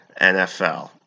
NFL